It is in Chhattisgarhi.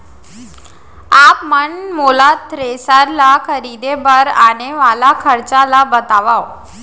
आप मन मोला थ्रेसर ल खरीदे बर आने वाला खरचा ल बतावव?